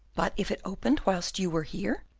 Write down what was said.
but if it opened whilst you were here?